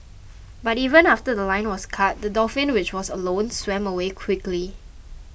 but even after The Line was cut the dolphin which was alone swam away slowly